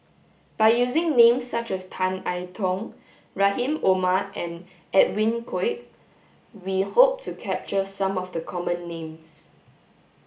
by using names such as Tan I Tong Rahim Omar and Edwin Koek we hope to capture some of the common names